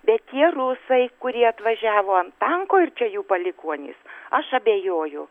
bet tie rusai kurie atvažiavo ant tanko ir čia jų palikuonys aš abejoju